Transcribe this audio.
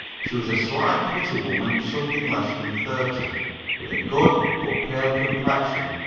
she was a slight, pretty woman of something less than thirty with a good, but pale, complexion,